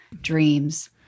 Dreams